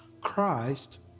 Christ